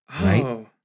right